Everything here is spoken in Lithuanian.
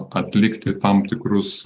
atlikti tam tikrus